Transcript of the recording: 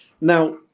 Now